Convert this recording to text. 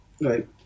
Right